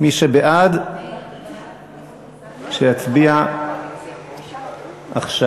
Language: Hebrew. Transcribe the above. מי שבעד שיצביע עכשיו.